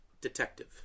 Detective